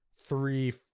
three